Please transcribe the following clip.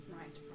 Right